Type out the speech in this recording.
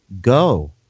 Go